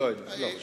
לא יודע, לא חושב.